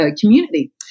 community